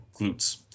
glutes